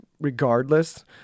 regardless